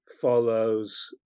follows